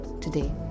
today